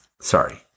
Sorry